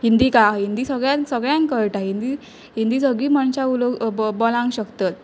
हिंदी काय आहा हिंदी सगळ्यांक सगळ्यांक कळटा हिंदी हिंदी सगळीं मनशां उलोवंक बोलांक शकतात